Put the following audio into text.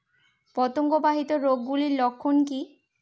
পতঙ্গ বাহিত রোগ গুলির লক্ষণ কি কি?